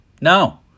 No